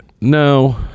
no